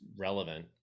relevant